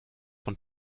von